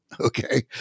okay